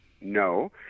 No